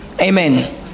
amen